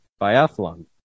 biathlon